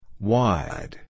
Wide